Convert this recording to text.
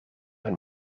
hun